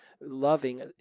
loving